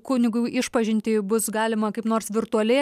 kunigui išpažintį bus galima kaip nors virtualiai